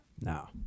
No